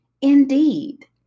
indeed